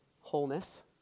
wholeness